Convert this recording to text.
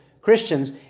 Christians